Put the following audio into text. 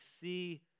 see